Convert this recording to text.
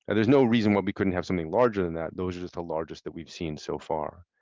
and there's no reason why we couldn't have something larger than that, those are just the largest that we've seen so far.